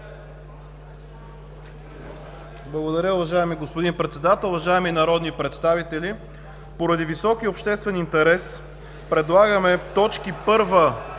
Благодаря, уважаеми господин Председател. Уважаеми народни представители, поради високия обществен интерес предлагаме точки първа,